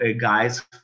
guys